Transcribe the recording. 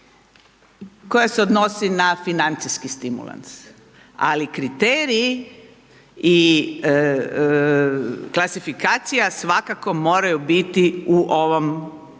koja se odnosi na financijski stimulans. Ali, kriteriji i klasifikacija svakako moraju biti u ovome zakonu.